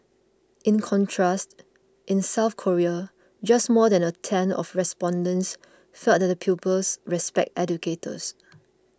in contrast in South Korea just more than a tenth of respondents felt that pupils respect educators